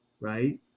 Right